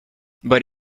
but